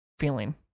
feeling